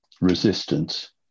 resistance